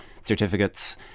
certificates